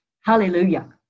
Hallelujah